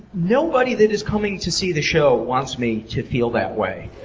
nobody that is coming to see the show wants me to feel that way.